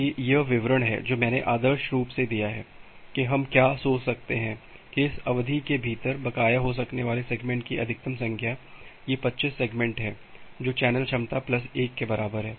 यह वह विवरण है जो मैंने आदर्श रूप से दिया है कि हम क्या सोच सकते हैं कि इस अवधि के भीतर बकाया हो सकने वाले सेगमेंट की अधिकतम संख्या ये 25 सेगमेंट हैं जो चैनल क्षमता प्लस 1 के बराबर हैं